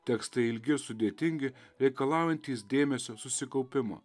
tekstai ilgi sudėtingi reikalaujantys dėmesio susikaupimo